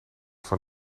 van